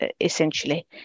essentially